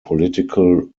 political